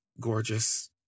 gorgeous